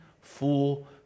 full